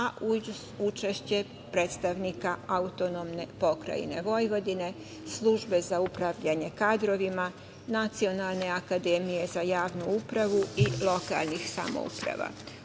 uz učešće predstavnika AP Vojvodine, Službe za upravljanje kadrovima, Nacionalne akademije za javnu upravu i lokalnih samouprava.